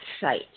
site